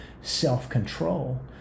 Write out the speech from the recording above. self-control